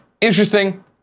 Interesting